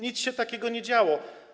Nic się takiego nie działo.